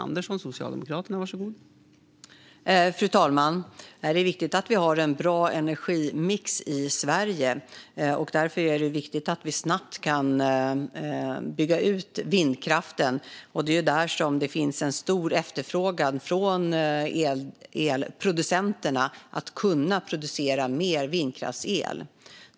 Fru talman! Det är viktigt att vi har en bra energimix i Sverige, och därför är det viktigt att vi snabbt kan bygga ut vindkraften. Det finns stor efterfrågan från elproducenterna på att kunna producera mer vindkraftsel.